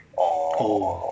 oh